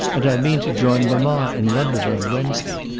and i mean to join mamma in london on wednesday.